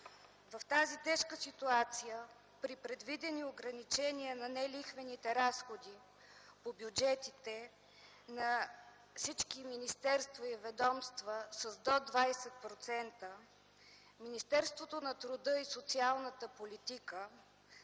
В тази тежка ситуация при предвидени ограничения на нелихвените разходи по бюджетите на всички министерства и ведомства с до 20% Министерството на труда и социалната политика